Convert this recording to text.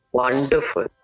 wonderful